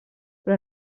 però